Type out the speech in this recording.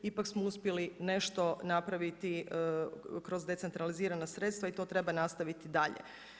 Ipak smo uspjeli nešto napraviti kroz decentralizirana sredstva i to treba nastaviti dalje.